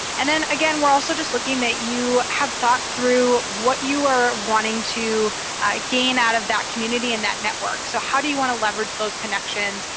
and then again, we're also just looking that you have thought through what you are wanting to gain out of that community and that network. so how do you want to leverage those connections?